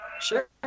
Sure